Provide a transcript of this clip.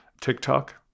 TikTok